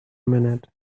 minute